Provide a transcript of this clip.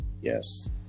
yes